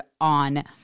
on